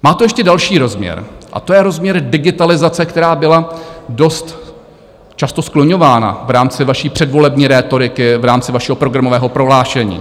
Má to ještě další rozměr a to je rozměr digitalizace, která byla dost často skloňována v rámci vaší předvolební rétoriky, v rámci vašeho programového prohlášení.